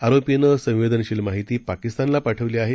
आरोपीनंसंवेदनशीलमाहितीपाकिस्तानलापाठविलीआहे